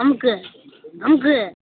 அமுக்கு அமுக்கு